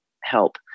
help